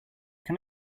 can